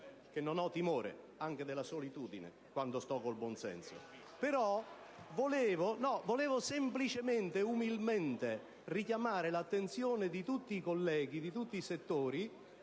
non ho timore della solitudine, quando sto con il buon senso.